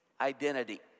identity